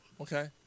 Okay